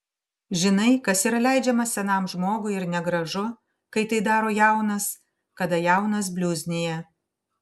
žinai kas yra leidžiama senam žmogui ir negražu kai tai daro jaunas kada jaunas bliuznija